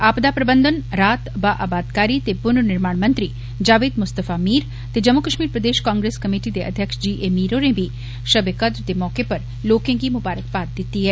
आपदा प्रबन्घन राहत बाआबादकारी ते पूर्न निर्माण मंत्री जावेद मुस्तफा मीर ते जम्मू कश्मीर प्रदेश कांग्रेस कमेटी दे अध्यक्ष जी ए मीर ँ होरें बी शब ए कदर दे मौके पर लोके गौ मुबारकबाद दिती ऐ